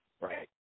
right